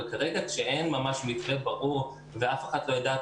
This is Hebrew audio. אבל כרגע כשאין ממש מתווה ברור ואף אחת לא יודעת